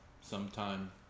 sometime